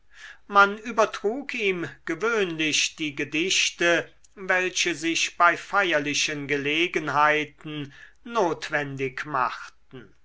man übertrug ihm gewöhnlich die gedichte welche sich bei feierlichen gelegenheiten notwendig machten